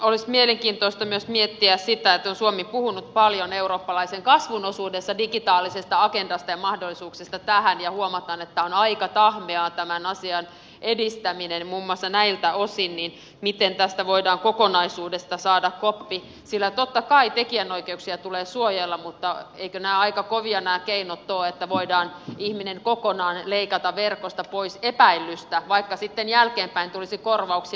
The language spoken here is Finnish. olisi mielenkiintoista myös miettiä sitä että suomi on puhunut paljon eurooppalaisen kasvun osuudessa digitaalisesta agendasta ja mahdollisuuksista tähän ja kun huomataan että on aika tahmeaa tämän asian edistäminen muun muassa näiltä osin niin miten tästä voidaan kokonaisuudesta saada koppi sillä totta kai tekijänoikeuksia tulee suojella mutta eivätkö nämä keinot aika kovia ole että voidaan ihminen kokonaan leikata verkosta pois epäilystä vaikka sitten jälkeenpäin tulisi korvauksia